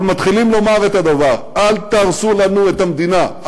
אבל מתחילים לומר את הדבר: אל תהרסו לנו את המדינה,